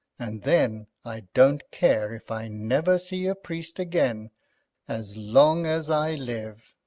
and then i don't care if i never see a priest again as long as i live.